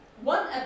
One